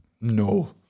No